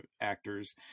actors